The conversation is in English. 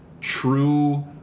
true